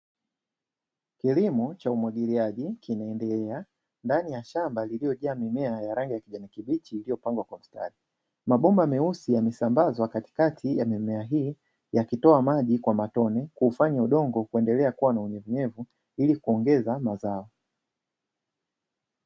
Kilimo cha umwagiliaji kinaendelea ndani ya shamba lililojaa mimea ya rangi ya kijani kibichi iliyopangwa kwa mstari. Mabomba meusi yamesambazwa katikati ya mimea hii yakitoa maji kwa matone, kuufanya udongo kuendelea kuwa na unyevunyevu ili kuongeza mazao.